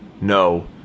No